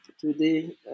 today